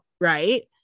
Right